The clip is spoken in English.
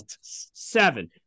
seven